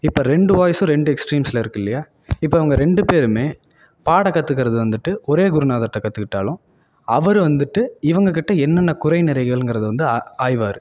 இப்போ ரெண்டு வாய்ஸும் ரெண்டு எக்ஸ்ட்ரீம்ஸில் இருக்கு இல்லையா இப்போ அவங்க ரெண்டு பேருமே பாட கற்றுக்கறது வந்துவிட்டு ஒரே குருநாதர்கிட்ட கற்றுக்குட்டாலும் அவர் வந்துவிட்டு இவங்ககிட்ட என்னென்ன குறை நிறைகள்ங்குறதை வந்து அ ஆய்வார்